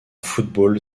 football